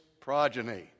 progeny